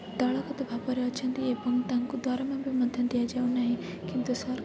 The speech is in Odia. ଦଳଗତ ଭାବରେ ଅଛନ୍ତି ଏବଂ ତାଙ୍କୁ ଦରମା ବି ମଧ୍ୟ ଦିଆଯାଉନାହିଁ କିନ୍ତୁ ସରକାର